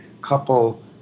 couple